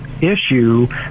issue